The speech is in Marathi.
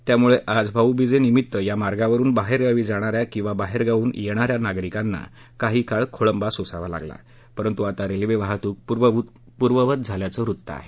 त्यामुळे आज भाऊबीजे निमित्त या मार्गावरून बाहेरगावी जाणाऱ्या किंवा बाहेरगावाहून येणाऱ्या नागरिकांचा काही काळ खोळंबा झाला होता परंतु आता रेल्वे वाहतूक पूर्ववत झाल्याचं वृत्त आहे